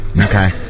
Okay